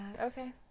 Okay